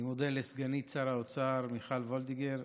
אני מודה לסגנית שר האוצר מיכל וולדיגר,